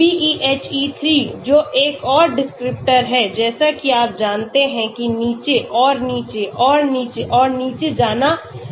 BeHe3 जो एक और डिस्क्रिप्टर है जैसे कि आप जानते हैं कि नीचे और नीचे और नीचे और नीचे जाना है